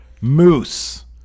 Moose